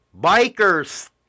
Bikers